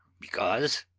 because,